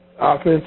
offense